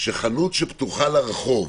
שחנות שפתוחה לרחוב